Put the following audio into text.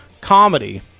comedy